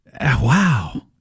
wow